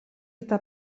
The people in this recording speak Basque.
eta